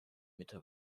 mitte